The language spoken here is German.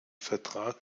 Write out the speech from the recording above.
vertrag